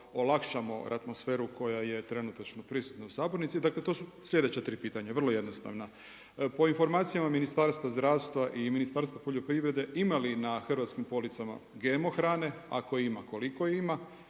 olakšamo atmosferu koja je trenutačno prisutna u sabornici. Dakle to su sljedeća tri pitanja vrlo jednostavna. Po informacijama Ministarstva zdravstva i Ministarstva poljoprivrede ima li na hrvatskim policama GMO hrane, ako ima koliko ima?